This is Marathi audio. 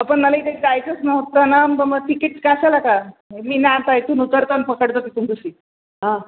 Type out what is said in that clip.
अहो पण मला इथे जायचंच नव्हतं न मग मग तिकीट कशाला का मी नाही आता इथून उतरतो आणि पकडतो तिथून दुसरी आं